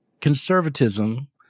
conservatism